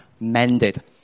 mended